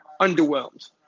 underwhelmed